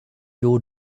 your